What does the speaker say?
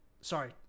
Sorry